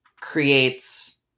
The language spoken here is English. creates